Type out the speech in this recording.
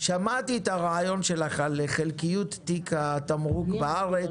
שמעתי את הרעיון שלך על חלקיות תיק התמרוק בארץ,